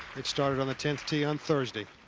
it started on the tenth tee on thursday.